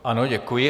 Ano, děkuji.